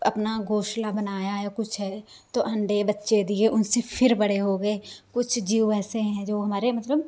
अपना घोंसला बनाया या कुछ है तो अंडे बच्चे दिए उनसे फिर बड़े हो गए कुछ जीव ऐसे हैं जो हमारे मतलब